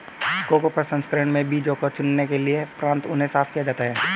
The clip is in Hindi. कोको प्रसंस्करण में बीजों को चुनने के उपरांत उन्हें साफ किया जाता है